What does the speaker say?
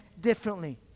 differently